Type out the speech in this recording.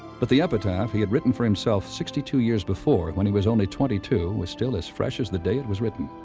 but the epitaph he had written for himself sixty two years before, when he was only twenty two, was still as fresh as the day it was written.